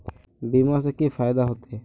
बीमा से की फायदा होते?